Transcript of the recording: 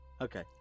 Okay